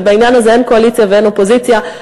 ובעניין הזה אין קואליציה ואין אופוזיציה,